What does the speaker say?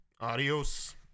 Adios